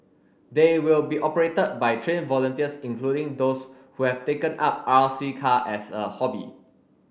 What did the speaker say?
they will be operated by trained volunteers including those who have taken up R C car as a hobby